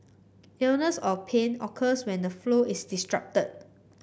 illness or pain occurs when the flow is disrupted